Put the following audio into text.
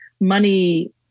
money